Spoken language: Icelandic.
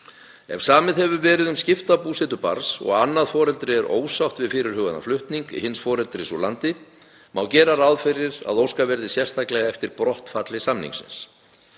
Ef samið hefur verið um skipta búsetu barns og annað foreldri er ósátt við fyrirhugaðan flutning hins foreldris úr landi má gera ráð fyrir að óskað verði sérstaklega eftir brottfalli samningsins.